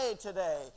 today